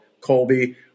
Colby